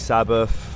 Sabbath